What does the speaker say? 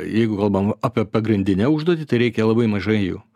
jeigu kalbam apie pagrindinę užduotį tai reikia labai mažai jų